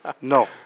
No